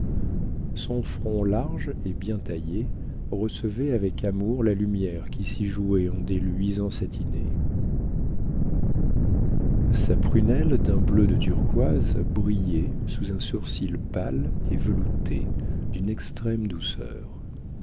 son front large et bien taillé recevait avec amour la lumière qui s'y jouait en des luisants satinés sa prunelle d'un bleu de turquoise brillait sous un sourcil pâle et velouté d'une extrême douceur